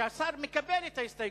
שהשר מקבל את ההסתייגות,